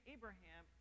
Abraham